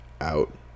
out